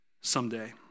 someday